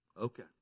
Okay